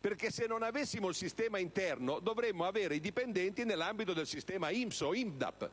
perché se non avessimo un sistema interno dovremmo avere i dipendenti nell'ambito del sistema INPS o INPDAP;